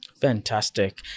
Fantastic